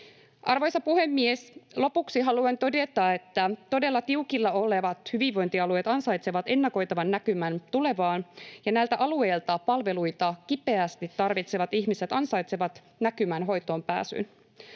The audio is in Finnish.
Arvoisa puhemies! Lopuksi haluan todeta, että todella tiukilla olevat hyvinvointialueet ansaitsevat ennakoitavan näkymän tulevaan, ja näiltä alueilta palveluita kipeästi tarvitsevat ihmiset ansaitsevat näkymän hoitoonpääsyyn.